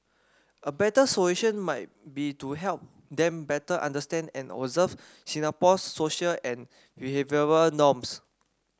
a better solution might be to help them better understand and observe Singapore's social and behavioural norms